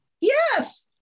yes